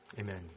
Amen